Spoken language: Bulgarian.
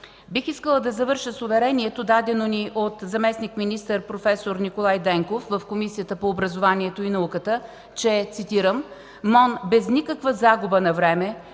Бих искала да завърша с уверението, дадено ни от заместник-министър проф. Николай Денков в Комисията по образованието и науката, че, цитирам: „МОН без никаква загуба на време